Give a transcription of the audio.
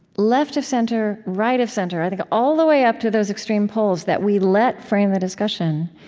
left of center, right of center, i think all the way up to those extreme poles that we let frame the discussion,